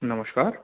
नमस्कार